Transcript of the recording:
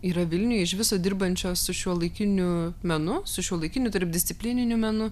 yra vilniuje iš viso dirbančios su šiuolaikiniu menu su šiuolaikiniu tarpdisciplininiu menu